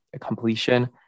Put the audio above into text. completion